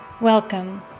Welcome